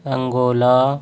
Angola